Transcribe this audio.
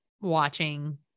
watching